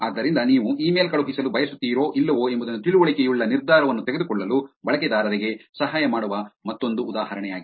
ಆದ್ದರಿಂದ ನೀವು ಇಮೇಲ್ ಕಳುಹಿಸಲು ಬಯಸುತ್ತೀರೋ ಇಲ್ಲವೋ ಎಂಬುದನ್ನು ತಿಳುವಳಿಕೆಯುಳ್ಳ ನಿರ್ಧಾರವನ್ನು ತೆಗೆದುಕೊಳ್ಳಲು ಬಳಕೆದಾರರಿಗೆ ಸಹಾಯ ಮಾಡುವ ಮತ್ತೊಂದು ಉದಾಹರಣೆಯಾಗಿದೆ